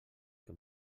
que